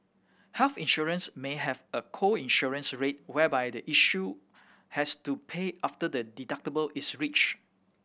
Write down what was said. health insurance may have a co insurance rate whereby the insured has to pay after the deductible is reached